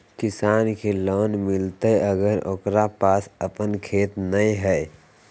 किसान के लोन मिलताय अगर ओकरा पास अपन खेत नय है?